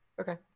okay